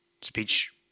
speech